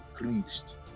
increased